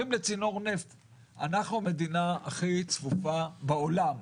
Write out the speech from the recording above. אנחנו המדינה הכי צפופה בעולם.